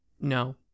No